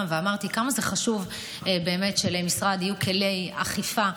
ואמרתי כמה זה חשוב באמת שלמשרד יהיו כלי אכיפה.